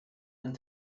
and